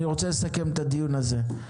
אני רוצה לסכם את הדיון הזה.